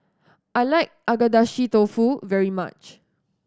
I like Agedashi Dofu very much